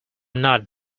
not